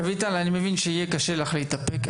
רויטל אני מבין שקשה לך להתאפק,